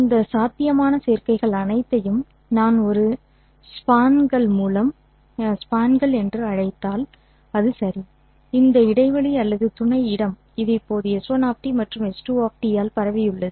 இந்த சாத்தியமான சேர்க்கைகள் அனைத்தையும் நான் ஒரு ஸ்பான் கள் என்று அழைத்தால் சரி இந்த இடைவெளி அல்லது துணை இடம் இது இப்போது s1 மற்றும் s2 ஆல் பரவியுள்ளது